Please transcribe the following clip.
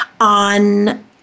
on